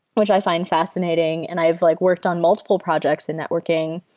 which i find fascinating and i've like worked on multiple projects in networking.